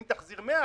אם תחזיר 100%,